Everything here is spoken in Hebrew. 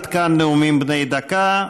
עד כאן נאומים בני דקה.